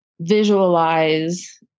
visualize